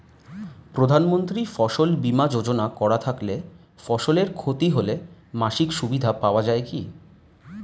প্রধানমন্ত্রী ফসল বীমা যোজনা করা থাকলে ফসলের ক্ষতি হলে মাসিক সুবিধা পাওয়া য়ায় কি?